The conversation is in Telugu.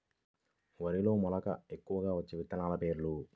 వరిలో మెలక ఎక్కువగా వచ్చే విత్తనాలు పేర్లు?